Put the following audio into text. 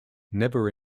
never